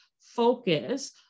focus